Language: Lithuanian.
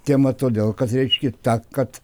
tema todėl kad reiškia ta kad